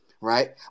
right